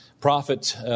Prophet